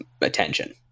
attention